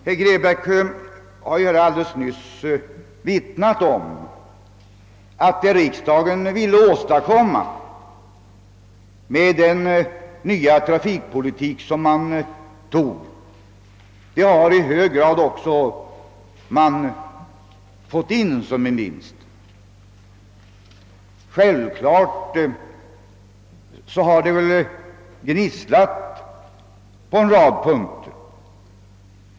Herr Grebäck har ju alldeles nyss omvittnat, att vad riksdagen = ville åstadkomma genom den nya trafikpolitiken har i hög grad kunnat förverkligas och kunnat inkasseras som en vinst. Självfallet har det gnisslat på en rad punkter.